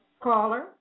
Caller